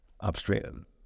upstream